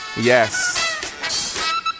Yes